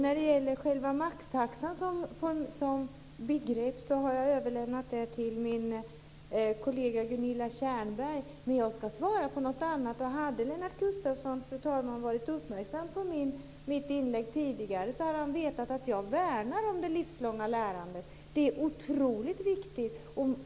Fru talman! Frågan om maxtaxan som begrepp har jag överlämnat till min kollega Gunilla Tjernberg. Men jag ska svara på något annat. Hade Lennart Gustavsson, fru talman, varit uppmärksam på mitt inlägg tidigare hade han vetat att jag värnar om det livslånga lärandet. Det är otroligt viktigt.